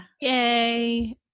Yay